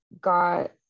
got